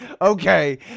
okay